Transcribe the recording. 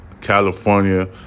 California